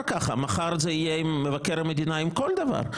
מחר זה יהיה עם מבקר המדינה, עם כל דבר.